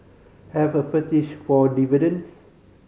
have a fetish for dividends